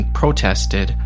protested